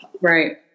right